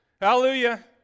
Hallelujah